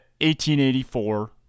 1884